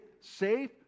safe